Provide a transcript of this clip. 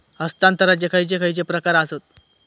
हस्तांतराचे खयचे खयचे प्रकार आसत?